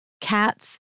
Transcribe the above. cats